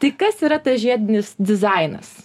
tai kas yra tas žiedinis dizainas